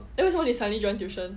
oh then 为什么你 suddenly join tuition